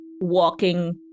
walking